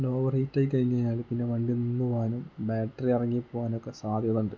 law rate ആയി കഴിഞ്ഞു കഴിഞ്ഞാൽ പിന്നെ വണ്ടി നിന്ന് പോകാനും ബാറ്ററി ഇറങ്ങി പോകാനൊക്കെ സാധ്യതയുണ്ട്